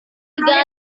tiga